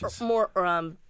more